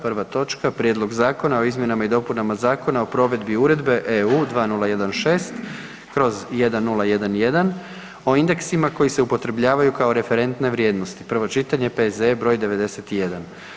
Prva točka: Prijedlog zakona o izmjenama i dopunama Zakona o provedbi Uredbe (EU) 2016/1011 o indeksima koji se upotrebljavaju kao referentne vrijednosti, prvo čitanje, P.Z.E. br. 91.